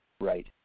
Right